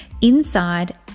inside